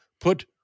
put